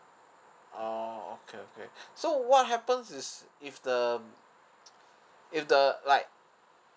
orh okay okay so what happen is if the if the like